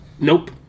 Nope